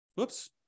Oops